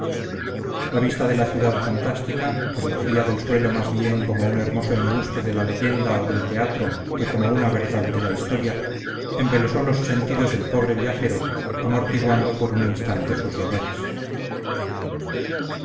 la vista de la ciudad fantástica que surgía del suelo más bien como un hermoso embuste de la leyenda o del teatro que como una verdad de la historia embelesó los sentidos del pobre viajero amortiguando por un instante sus dolores